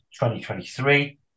2023